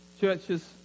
Churches